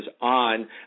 on